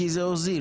כי זה הוזיל,